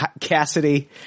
Cassidy